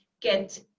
get